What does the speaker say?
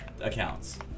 accounts